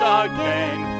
again